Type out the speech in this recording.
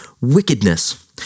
wickedness